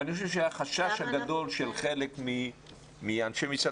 אני חושב שהחשש הגדול של חלק מאנשי משרד